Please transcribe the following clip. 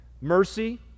Mercy